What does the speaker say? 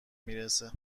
میرسه